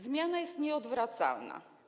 Zmiana jest nieodwracalna.